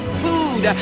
food